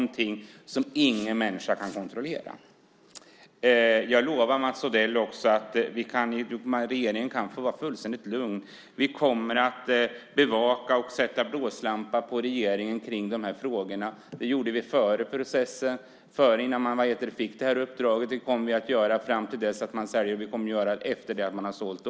Det är något som ingen människa kan kontrollera. Jag lovar Mats Odell att regeringen kan vara fullständigt lugn; vi kommer att bevaka och sätta blåslampa på regeringen i de här frågorna. Det gjorde vi innan man fick uppdraget, och det kommer vi att göra fram till dess att man säljer och efter det att man har sålt.